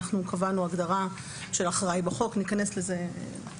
אנחנו קבענו הגדרה של אחראי בחוק ותכף ניכנס לזה.